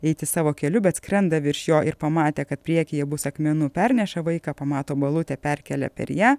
eiti savo keliu bet skrenda virš jo ir pamatę kad priekyje bus akmenų perneša vaiką pamato balutę perkelia per ją